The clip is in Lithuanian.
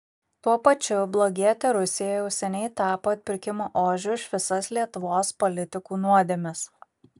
tuo pačiu blogietė rusija jau seniai tapo atpirkimo ožiu už visas lietuvos politikų nuodėmes